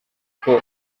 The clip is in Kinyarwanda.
kuko